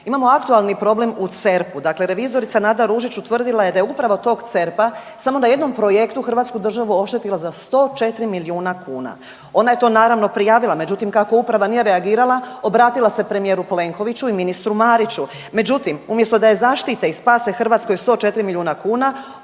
Imamo aktualni problem u CERP-u, dakle revizorica Nada Ružić utvrdila je da je uprava tog CERP-a samo na jednom projektu Hrvatsku državu oštetila za 104 milijuna kuna. Ona je to naravno prijavila, međutim kako uprava nije reagirala obratila se premijeru Plenkoviću i ministru Mariću, međutim umjesto da je zaštite i spase Hrvatskoj 104 milijuna kuna,